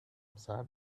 sad